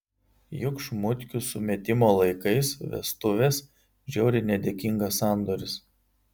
juk šmutkių sumetimo laikais vestuvės žiauriai nedėkingas sandoris